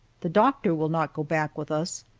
the doctor will not go back with us,